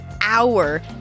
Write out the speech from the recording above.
hour